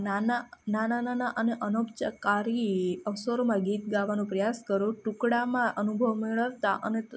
નાના નાના નાના અને અનૌપચારિક અવસરોમાં ગીત ગાવાનો પ્રયાસ કરો ટુકડામાં અનુભવ મેળવતા અને